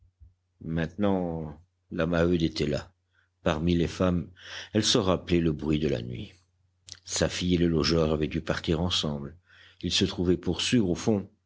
maintenant la maheude était là parmi les femmes elle se rappelait le bruit de la nuit sa fille et le logeur avaient dû partir ensemble ils se trouvaient pour sûr au fond